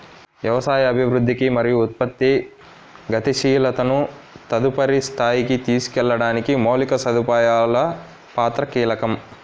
వ్యవసాయ అభివృద్ధికి మరియు ఉత్పత్తి గతిశీలతను తదుపరి స్థాయికి తీసుకెళ్లడానికి మౌలిక సదుపాయాల పాత్ర కీలకం